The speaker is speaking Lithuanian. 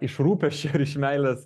iš rūpesčio ir iš meilės